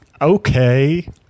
okay